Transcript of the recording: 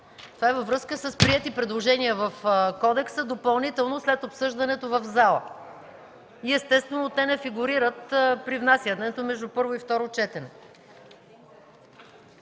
Това е във връзка с приети предложения в Кодекса допълнително, след обсъждането в залата и естествено те не фигурират при внасянето между първо и второ четене.